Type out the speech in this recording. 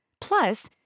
Plus